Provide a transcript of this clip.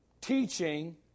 teaching